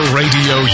radio